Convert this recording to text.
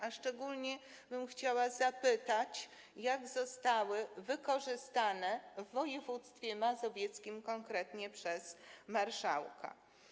A szczególnie chciałabym zapytać, jak zostały one wykorzystane w województwie mazowieckim konkretnie przez marszałka.